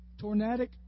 tornadic